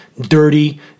dirty